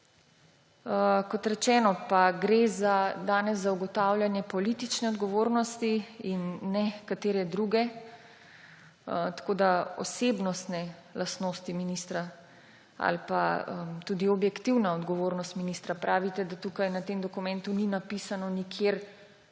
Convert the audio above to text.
Kot rečeno pa gre danes za ugotavljanje politične odgovornosti in ne katere druge. Tako da osebnostne lastnosti ministra ali tudi objektivna odgovornost ministra – pravite, da na tem dokumentu ni nikjer